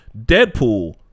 Deadpool